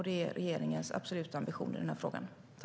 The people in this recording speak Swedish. Det är regeringens absoluta ambition i den här frågan.